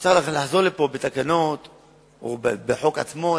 נצטרך לחזור לפה לכנסת עם תקנות או עם החוק עצמו,